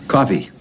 Coffee